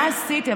מה עשיתם,